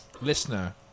listener